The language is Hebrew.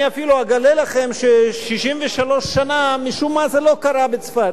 אני אפילו אגלה לכם ש-63 שנה משום מה זה לא קרה בצפת.